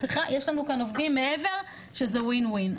סליחה יש לנו כאן עובדים מעבר וזה win win.